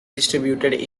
distributed